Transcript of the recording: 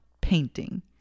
painting